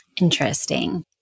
Interesting